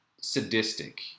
sadistic